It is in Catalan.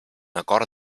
acord